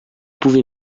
pouvez